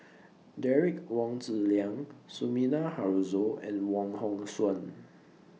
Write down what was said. Derek Wong Zi Liang Sumida Haruzo and Wong Hong Suen